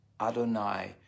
Adonai